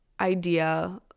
idea